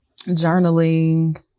journaling